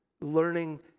learning